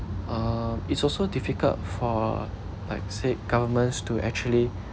uh it's also difficult for like said governments to actually